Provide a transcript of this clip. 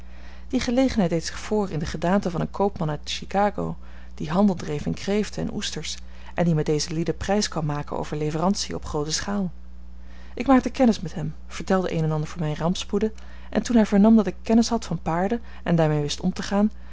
die gelegenheid deed zich voor in de gedaante van een koopman uit chicago die handel dreef in kreeften en oesters en die met deze lieden prijs kwam maken voor leverantiën op groote schaal ik maakte kennis met hem vertelde een en ander van mijne rampspoeden en toen hij vernam dat ik kennis had van paarden en daarmee wist om te gaan